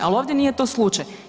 Ali ovdje nije to slučaj.